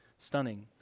stunning